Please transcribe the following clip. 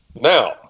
Now